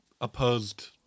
opposed